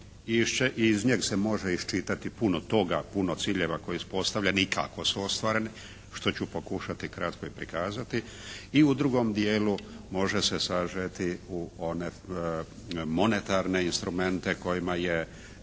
iz njeg se može iščitati puno toga, puno ciljeva koji su ostvareni i kako su ostvareni, što ću pokušati kratko i prikazati. I u drugom dijelu može se sažeti u one monetarne instrumente kojima je